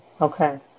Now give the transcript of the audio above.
okay